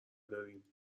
داریم